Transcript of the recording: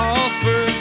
offer